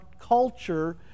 culture